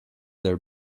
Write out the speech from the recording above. their